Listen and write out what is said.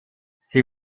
sie